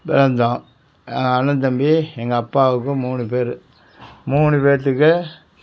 பிறந்தோம் அண்ணன் தம்பி எங்கள் அப்பாவுக்கு மூணு பேர் மூணு பேர்த்துக்கு